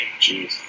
Jeez